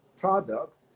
product